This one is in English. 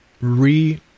re-